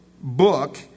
book